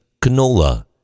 canola